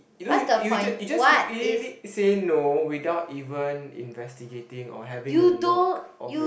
you don't you you just could really say no without even investigating or having a look of it